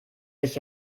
sich